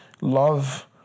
love